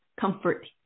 comfort